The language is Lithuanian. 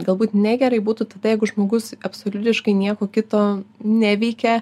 galbūt negerai būtų tada jeigu žmogus absoliutiškai nieko kito neveikia